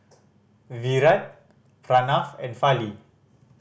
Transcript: Virat Pranav and Fali